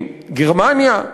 גרמניה.